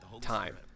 time